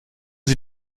sie